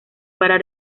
para